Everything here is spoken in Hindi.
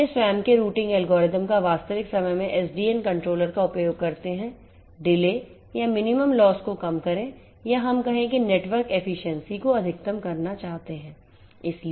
अपने स्वयं के रूटिंग एल्गोरिथ्म का वास्तविक समय में SDN कंट्रोलर का उपयोग करते हैं डिले या मिनिमम लॉस को कम करें या हम कहें कि हम नेटवर्क एफिशिएंसी को अधिकतमकरनाचाहतेहैं